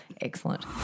Excellent